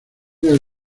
del